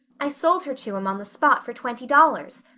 i sold her to him on the spot for twenty dollars.